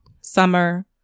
summer